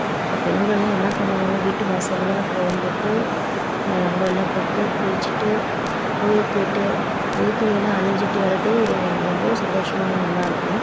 அப்போ பெண்கள்லாம் என்ன பண்ணுவோம் வீட்டு வாசலில் கோலம் போட்டு ரங்கோலிலாம் போட்டு குளிச்சுட்டு கோவில் போய்ட்டு புது துணியிலாம் அணிஞ்சுட்டு வர்றதே ஒரு ரொம்பவும் சந்தோஷமான ஒன்றா இருக்கும்